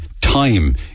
time